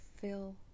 fill